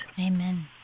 Amen